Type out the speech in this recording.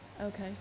Okay